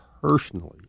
personally